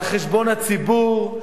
על חשבון הציבור,